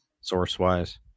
source-wise